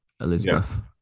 Elizabeth